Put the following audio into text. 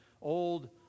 Old